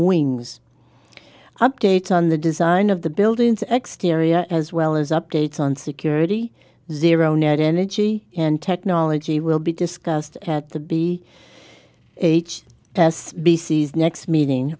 wings updates on the design of the buildings exteriors as well as updates on security zero net energy and technology will be discussed at the b h s b c's next meeting